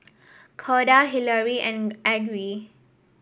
Corda Hilary and Aggie